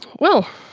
well,